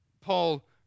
Paul